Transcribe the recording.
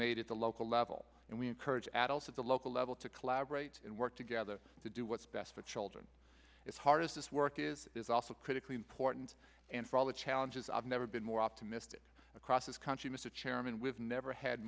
made at the local level and we encourage adults at the local level to collaborate and work together to do what's best for children as hard as this work is is also critically important and for all the challenges i've never been more optimistic across this country mr chairman with never had